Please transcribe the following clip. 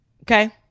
okay